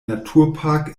naturpark